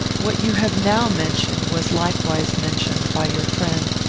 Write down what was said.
what you have now mentioned was likewise mentioned by your friend,